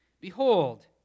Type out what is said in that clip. Behold